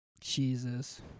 Jesus